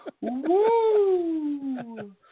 Woo